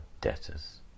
debtors